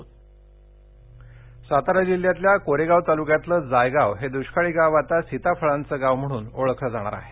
सातारा सातारा जिल्ह्यातल्या कोरेगाव तालुक्यातलं जायगाव हे दुष्काळी गाव आता सिताफळाचं गाव म्हणून ओळखलं जाणार आहे